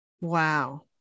Wow